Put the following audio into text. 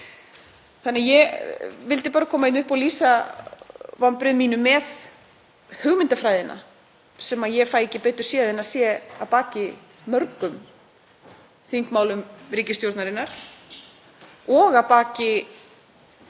fólks. Ég vildi bara koma upp og lýsa vonbrigðum mínum með hugmyndafræðina, sem ég fæ ekki betur séð en að sé að baki mörgum þingmálum ríkisstjórnarinnar og að baki